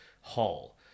hall